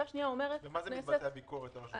במה מתבטאת הביקורת על רשות המיסים?